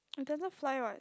it doesn't fly [what]